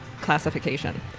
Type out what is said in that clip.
classification